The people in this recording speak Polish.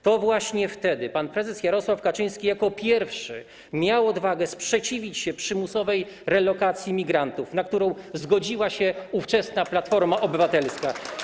To właśnie wtedy pan prezes Jarosław Kaczyński jako pierwszy miał odwagę sprzeciwić się przymusowej relokacji migrantów, na którą zgodziła się ówczesna Platforma Obywatelska.